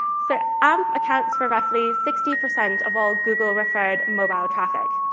so um accounts for roughly sixty percent of all google-referred mobile traffic.